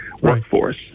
workforce